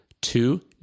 Two